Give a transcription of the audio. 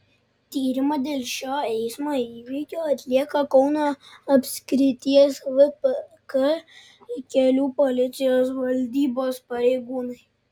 tyrimą dėl šio eismo įvykio atlieka kauno apskrities vpk kelių policijos valdybos pareigūnai